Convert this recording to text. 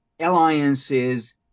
alliances